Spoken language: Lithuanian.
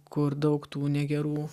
kur daug tų negerų